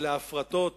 אלה הפרטות